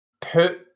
put